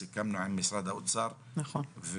סיכמנו עם משרד האוצר על מימון תקציבי